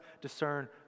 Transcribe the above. discern